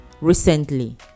recently